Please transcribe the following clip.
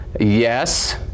yes